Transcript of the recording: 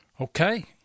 Okay